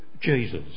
Jesus